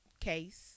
case